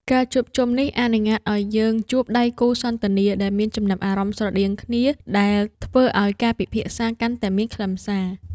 ការជួបជុំនេះអនុញ្ញាតឱ្យយើងជួបដៃគូសន្ទនាដែលមានចំណាប់អារម្មណ៍ស្រដៀងគ្នា ដែលធ្វើឱ្យការពិភាក្សាកាន់តែមានខ្លឹមសារ។